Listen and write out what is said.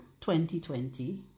2020